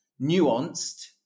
nuanced